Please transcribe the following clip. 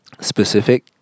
specific